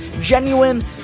Genuine